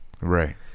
right